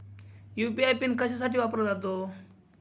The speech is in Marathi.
यू.पी.आय पिन कशासाठी वापरला जातो?